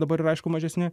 dabaryra aišku mažesni